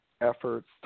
efforts